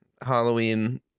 halloween